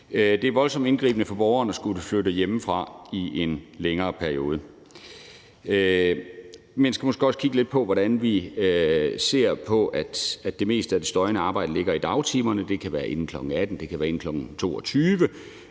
Det er voldsomt indgribende for borgerne at skulle flytte hjemmefra i en længere periode. Man skal måske også kigge lidt på, hvordan det meste af det mest støjende arbejde kan ligge i dagtimerne – det kan være inden kl. 18, det kan være inden kl. 22